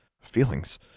Feelings